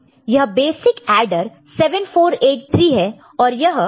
यह basic adder 7483 है और यह इसके 2 इनपुट है